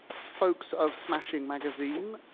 folks of smashing magazine,